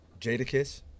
Jadakiss